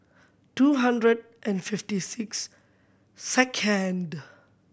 two hundred and fifty six second